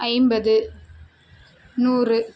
ஐம்பது நூறு